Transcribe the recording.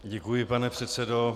Děkuji, pane předsedo.